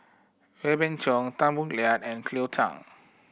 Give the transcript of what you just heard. Wee Beng Chong Tan Boo Liat and Cleo Thang